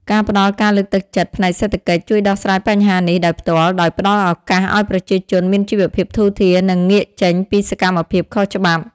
ការផ្តល់ការលើកទឹកចិត្តផ្នែកសេដ្ឋកិច្ច ជួយដោះស្រាយបញ្ហានេះដោយផ្ទាល់ ដោយផ្តល់ឱកាសឱ្យប្រជាជនមានជីវភាពធូរធារ និងងាកចេញពីសកម្មភាពខុសច្បាប់។